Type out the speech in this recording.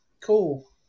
Cool